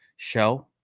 show